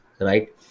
right